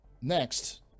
Next